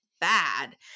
bad